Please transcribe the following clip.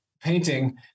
painting